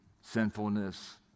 sinfulness